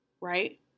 right